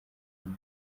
ibi